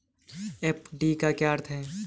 FD का अर्थ क्या है?